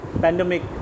pandemic